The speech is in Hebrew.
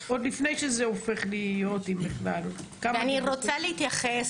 עוד לפני שזה הופך להיות --- אני רוצה להתייחס